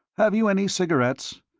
have you any cigarettes?